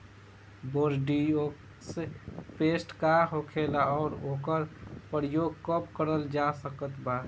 Bordeaux paste का होखेला और ओकर प्रयोग कब करल जा सकत बा?